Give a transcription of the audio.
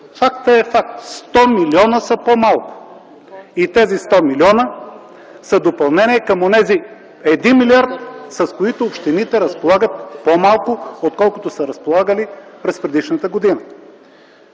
Фактът е факт – 100 милиона са по-малко и тези 100 милиона са допълнение към онзи 1 милиард, с който общините разполагат по-малко отколкото са разполагали през предишната година.